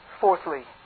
Fourthly